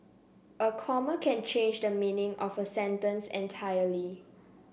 a comma can change the meaning of a sentence entirely